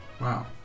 Wow